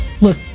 look